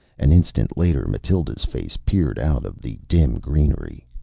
an instant later, mathilda's face peered out of the dim greenery.